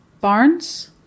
Barnes